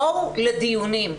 בואו לדיונים,